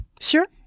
Sure